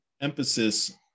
emphasis